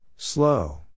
Slow